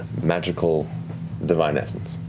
magical divine essence.